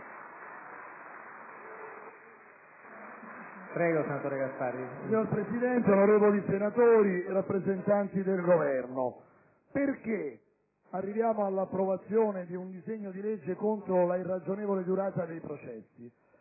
GASPARRI *(PdL)*. Signor Presidente, onorevoli senatori, rappresentanti del Governo, perché arriviamo all'approvazione di un disegno di legge contro l'irragionevole durata dei processi?